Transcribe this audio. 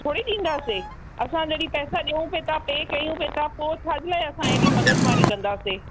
थोरी ॾींदासीं असां जॾहिं पैसा ॾियूं बि था पिए कयूं बि था पोइ छाजे लाइ असां ऐॾी मगजमारी कंदासीं